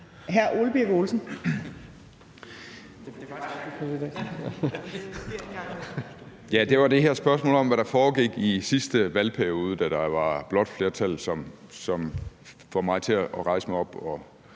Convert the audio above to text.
Ole Birk Olesen (LA): Det var det her spørgsmål om, hvad der foregik i sidste valgperiode, da der var blåt flertal, som får mig til at rejse mig op og